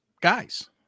Guys